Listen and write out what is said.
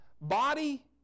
body